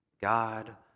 God